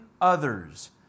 others